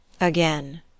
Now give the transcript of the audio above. Again